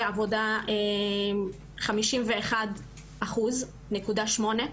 עבודה חמישים ואחת אחוז נקודה שמונה.